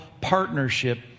partnership